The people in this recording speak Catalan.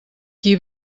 qui